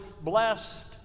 blessed